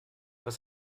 was